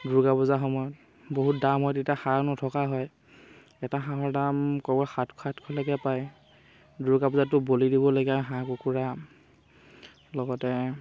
দুৰ্গা পূজাৰ সময়ত বহুত দাম হয় তেতিয়া হাঁহ নথকা হয় এটা হাঁহৰ দাম সাতশলৈকে পায় দুৰ্গা পূজাটো বলি দিবলগীয়া হাঁহ কুকুৰা লগতে